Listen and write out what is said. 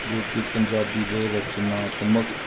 ਜੋ ਕਿ ਪੰਜਾਬੀ ਦੇ ਰਚਨਾਤਮਕ